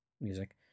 music